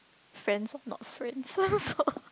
friends or not friends